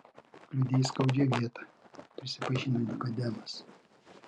kliudei skaudžią vietą prisipažino nikodemas